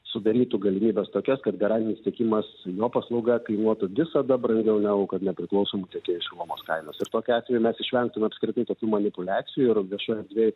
sudarytų galimybes tokias kad garantinis tiekimas jo paslauga kainuotų visada brangiau negu kad nepriklausomų tiekėjų šilumos kainos ir tokiu atveju mes išvengtume apskritai tokių manipuliacijų ir viešoj erdvėj